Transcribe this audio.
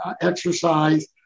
exercise